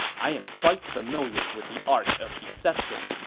i am quite familiar with the art of deception.